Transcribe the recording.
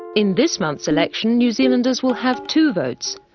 in this month's election, new zealanders will have two votes.